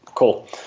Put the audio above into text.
Cool